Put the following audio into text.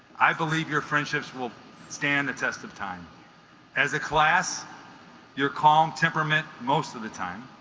i believe your friendships will stand the test of time as a class your calm temperament most of the time